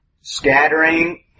scattering